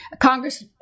Congress